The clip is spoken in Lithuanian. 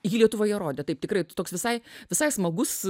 jį lietuvoje rodė taip tikrai toks visai visai smagus